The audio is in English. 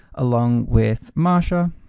along with marsha.